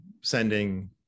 sending